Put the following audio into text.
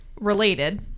related